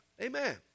Amen